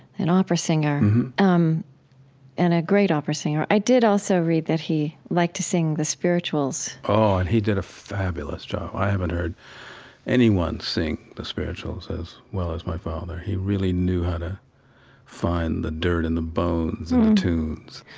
an opera singer mm-hmm um and a great opera singer. i did also read that he liked to sing the spirituals oh, and he did a fabulous job. i haven't heard anyone sing the spirituals as well as my father. he really knew how to find the dirt and the bones in the tunes